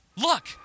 look